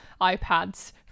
iPads